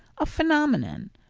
a phenomenon.